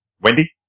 Wendy